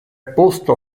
posto